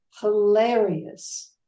hilarious